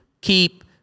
keep